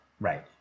right